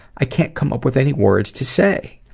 i can't come up with any words to say.